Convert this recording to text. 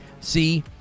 see